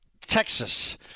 Texas